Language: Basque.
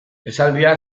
esaldia